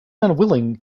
unwilling